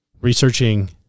researching